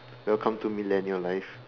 welcome to millennial life